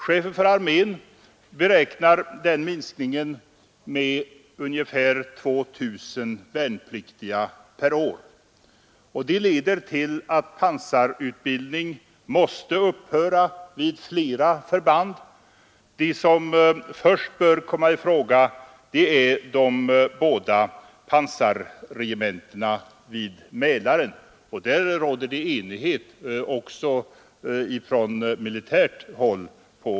Chefen för armén beräknar denna minskning till ungefär 2 000 värnpliktiga per år. Detta leder till att pansarutbildning måste upphöra vid flera förband. De som först bör komma i fråga är de båda pansarregementena vid Mälaren, och detta är man enig om även på militärt håll.